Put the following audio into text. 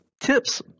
tips